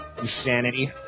insanity